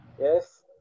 yes